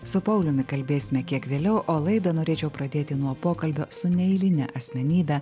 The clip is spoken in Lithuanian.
su pauliumi kalbėsime kiek vėliau o laidą norėčiau pradėti nuo pokalbio su neeiline asmenybe